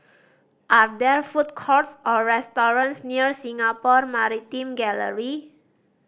are there food courts or restaurants near Singapore Maritime Gallery